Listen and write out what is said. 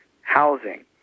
housing